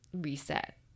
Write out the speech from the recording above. reset